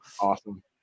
awesome